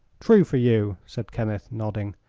true for you, said kenneth, nodding.